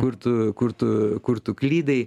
kur tu kur tu kur tu klydai